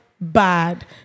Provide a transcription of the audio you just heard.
bad